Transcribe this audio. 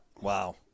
wow